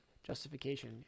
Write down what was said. justification